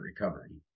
recovery